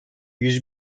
yüz